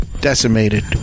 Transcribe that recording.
Decimated